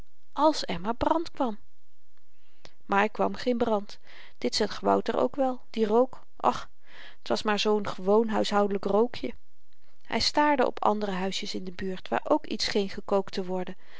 als er maar brand kwam maar er kwam geen brand dit zag wouter ook wel die rook och t was zoo'n gewoon huishoudelyk rookje hy staarde op andere huisjes in de buurt waar ook iets scheen gekookt te worden